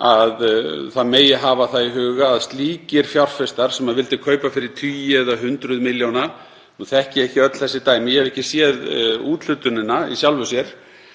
hafa megi í huga að slíkir fjárfestar sem vildu kaupa fyrir tugi eða hundruð milljóna — nú þekki ég ekki öll þessi dæmi, ég hef ekki séð úthlutunina í sjálfu sér